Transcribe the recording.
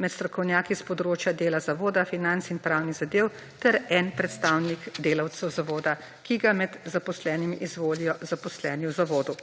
med strokovnjaki iz področja dela zavoda, financ in pravnih zadev ter en predstavnik delavcev zavoda, ki ga med zaposlenimi izvolijo zaposleni v zavodu.